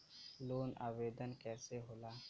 Loan आवेदन कैसे होला?